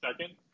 Second